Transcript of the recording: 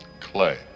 Clay